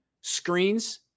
Screens